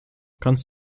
kannst